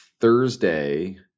Thursday